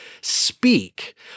speak